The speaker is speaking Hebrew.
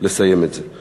לסיים את זה.